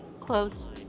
Clothes